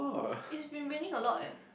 it's been raining a lot eh